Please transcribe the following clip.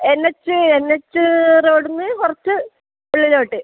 N H N H റോഡിൽ നിന്ന് കുറച്ച് ഉള്ളിലോട്ട്